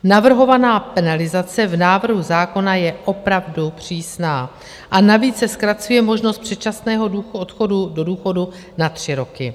Navrhovaná penalizace v návrhu zákona je opravdu přísná, a navíc se zkracuje možnost předčasného odchodu do důchodu na tři roky.